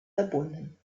verbunden